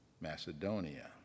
Macedonia